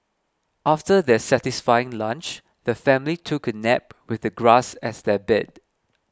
after their satisfying lunch the family took a nap with the grass as their bed